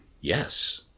Yes